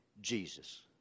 Jesus